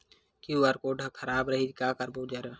QR code हा खराब रही का करबो जमा बर?